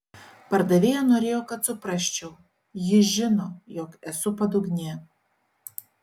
pardavėja norėjo kad suprasčiau ji žino jog esu padugnė